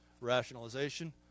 rationalization